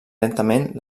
lentament